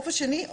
הדף השני,